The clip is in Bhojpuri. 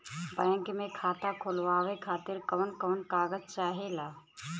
बैंक मे खाता खोलवावे खातिर कवन कवन कागज चाहेला?